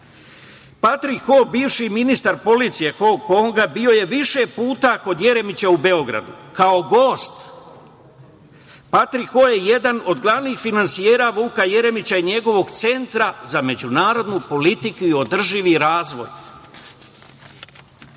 novca. Patrik Ho, bivši ministar policije Hong Konga bio je više puta kod Jeremića u Beogradu, kao gost. Patrik Ho je jedan od glavnih finansijera Vuka Jeremića i njegovog Centra za međunarodnu politiku i održivi razvoj. Na